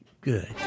good